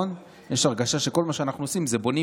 יש הרגשה שכל מה שאנחנו עושים זה בונים